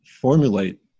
formulate